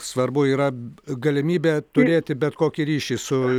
svarbu yra galimybė turėti bet kokį ryšį su